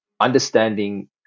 understanding